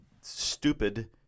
stupid